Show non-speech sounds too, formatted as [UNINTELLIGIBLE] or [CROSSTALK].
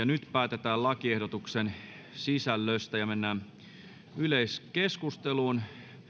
[UNINTELLIGIBLE] nyt päätetään lakiehdotuksen sisällöstä ja mennään yleiskeskusteluun